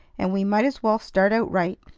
and we might as well start out right.